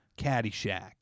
Caddyshack